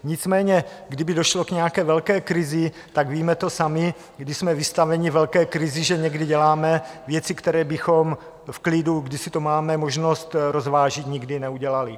Nicméně kdyby došlo k nějaké velké krizi, tak víme to sami, když jsme vystaveni velké krizi, že někdy děláme věci, které bychom v klidu, kdy si to máme možnost rozvážit, nikdy neudělali.